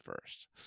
first